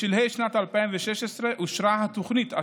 בשלהי שנת 2016 אושרה התוכנית,